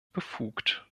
befugt